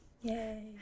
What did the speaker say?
yay